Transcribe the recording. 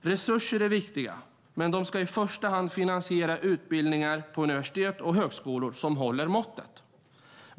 Resurser är viktiga, men de ska i första hand finansiera utbildningar på universitet och högskolor som håller måttet.